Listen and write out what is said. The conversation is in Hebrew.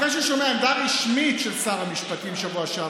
אחרי שהוא שומע עמדה רשמית של שר המשפטים בשבוע שעבר,